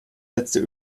letzte